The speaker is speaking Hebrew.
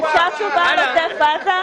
אפשר תשובה לגבי עוטף עזה?